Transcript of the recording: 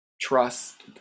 trust